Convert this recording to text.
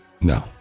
No